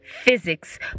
physics